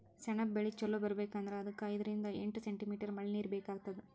ಸೆಣಬ್ ಬೆಳಿ ಚಲೋ ಬರ್ಬೆಕ್ ಅಂದ್ರ ಅದಕ್ಕ್ ಐದರಿಂದ್ ಎಂಟ್ ಸೆಂಟಿಮೀಟರ್ ಮಳಿನೀರ್ ಬೇಕಾತದ್